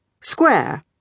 square